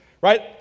right